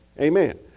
Amen